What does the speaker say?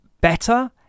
better